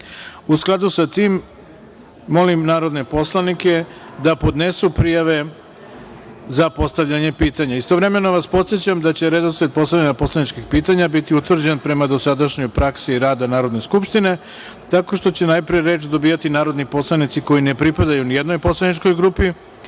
skladu sa tim, molim narodne poslanike da podnesu prijave za postavljanje pitanja. Istovremeno vas podsećam da će redosled postavljanja poslaničkih pitanja biti utvrđen prema dosadašnjoj praksi rada Narodne skupštine, tako što će najpre reč dobijati narodni poslanici koji ne pripadaju ni jednoj poslaničkoj grupi,